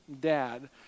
dad